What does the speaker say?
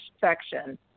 section